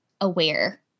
aware